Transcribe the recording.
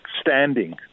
standing